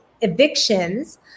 evictions